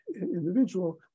individual